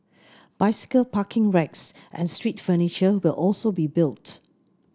bicycle parking racks and street furniture will also be built